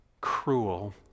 cruel